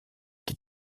qui